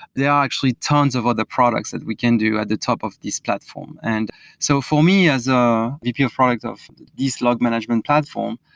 there are actually tons of other products that we can do at the top of this platform. and so for me as a vp of product of east log management platform,